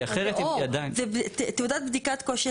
כי אחרת היא עדין --- תעודת בדיקת כושר